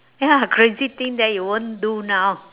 ya crazy thing that you won't do now